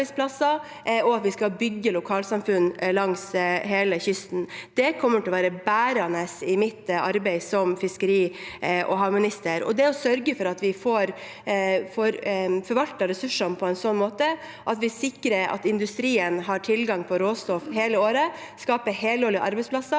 og at vi skal bygge lokalsamfunn langs hele kysten. Det kommer til å være bærende i mitt arbeid som fiskeri- og havminister. Å sørge for at vi får forvaltet ressursene på en sånn måte at vi sikrer at industrien har tilgang på råstoff hele året, og at vi skaper helårlige arbeidsplasser,